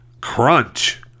crunch